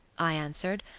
i answered,